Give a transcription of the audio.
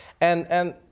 And-and